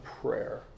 prayer